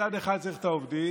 מצד אחד צריך את העובדים,